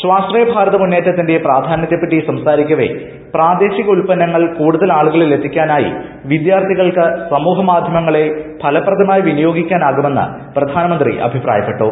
സ്വാശ്രയ ഭാരത മുന്നേറ്റത്തിന്റെ പ്രാധാന്യ ത്തെപ്പറ്റി സംസാരിക്കവേ പ്രാദേശിക ഉൽപ്പന്നങ്ങൾ കൂടുതൽ ആളുകളിൽ എത്തിക്കാൻ ആയി വിദ്യാർഥികൾക്ക് സമൂഹ മാധ്യമങ്ങളെ ഫലപ്രദമായി വിനിയോഗിക്കാൻ ആകുമെന്ന് പ്രധാനമന്ത്രി അഭിപ്രായപ്പെട്ടു